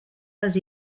les